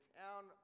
town